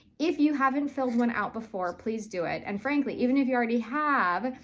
if you haven't filled one out before, please do it, and frankly, even if you already have,